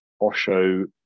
Osho